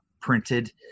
printed